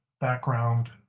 background